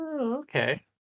okay